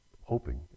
hoping